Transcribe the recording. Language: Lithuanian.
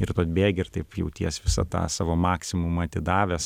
ir tu atbėgi ir taip jauties visą tą savo maksimumą atidavęs